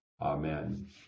Amen